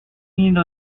hilo